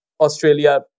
Australia